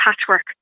patchwork